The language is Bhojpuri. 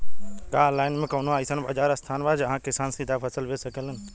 का आनलाइन मे कौनो अइसन बाजार स्थान बा जहाँ किसान सीधा फसल बेच सकेलन?